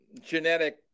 genetic